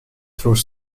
through